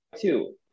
two